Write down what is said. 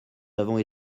avons